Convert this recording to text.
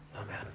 Amen